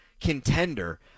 contender